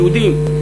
יהודים,